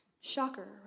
shocker